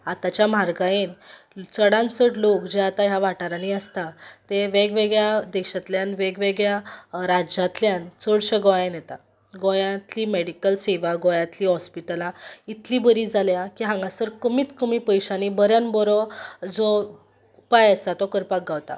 आतांचे म्हारगायेंत चडान चड लोक जे आतां ह्या वाटारांनी आसता ते वेगवेगळ्या देशांतल्यान वेगवेगळ्या राज्यांतल्यान चडशे गोंयान येता गोंयांतली मेडीकल सेवा गोंयांतलीं हॉस्पितलां इतलीं बरीं जाल्या की हांगासर कमीत कमी पयशांनी बऱ्यान बरो जो उपाय आसा तो करपाक गावता